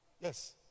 Yes